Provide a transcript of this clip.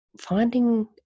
finding